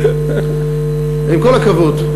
עם כל הכבוד,